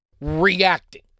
reacting